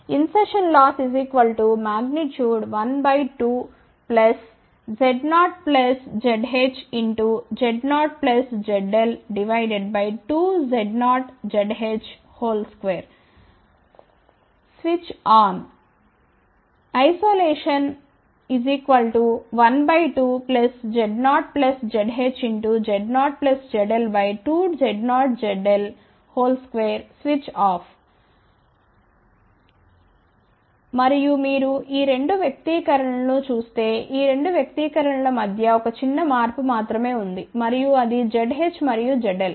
in సర్షన్ loss 12Z0ZhZ0Zl2Z0Zh2→ switch on isolation 12Z0ZhZ0Zl2Z0Zl2→ switch off మరియు మీరు 2 వ్యక్తీకరణ ను చూస్తే ఈ 2 వ్యక్తీకరణల మధ్య 1 చిన్న మార్పు మాత్రమే ఉంటుంది మరియు అది Zh మరియు Zl